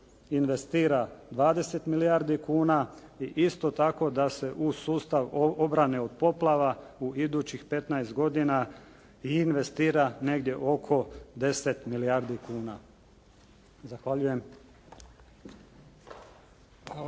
investira 20 milijuna kuna i isto tako da se u sustav obrane od poplava u idućih 15 godina i investira negdje oko 10 milijardi kuna. Zahvaljujem.